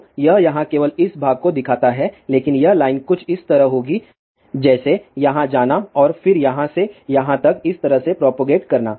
तो यह यहाँ केवल इस भाग को दिखाता है लेकिन यह लाइन कुछ इस तरह होगी जैसे यहाँ जाना और फिर यहाँ से यहाँ तक इस तरह से प्रोपगेट करना